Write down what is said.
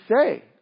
say